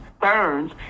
burns